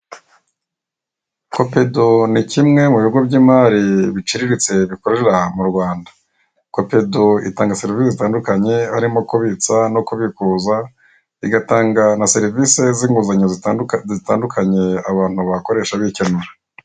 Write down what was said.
Kopedo ni kimwe mu bigo by'imari biciriritse gikorera mu Rwanda, kopedo itanga serivise zitandukanye harimo kubitsa no kubikuza, igatanga na serivise z'inguzanyo zitandukanye abantu bakoresha bikenura.